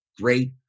great